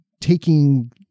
taking